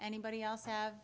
anybody else have